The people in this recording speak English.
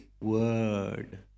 word